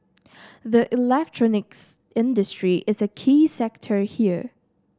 the electronics industry is a key sector here